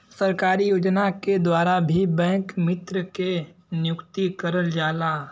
सरकारी योजना के द्वारा भी बैंक मित्र के नियुक्ति करल जाला